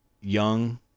young